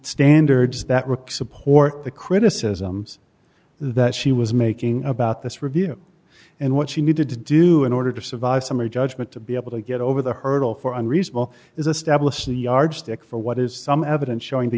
standards that ric support the criticisms that she was making about this review and what she needed to do in order to survive summary judgment to be able to get over the hurdle for unreasonable is a stepless the yardstick for what is some evidence showing the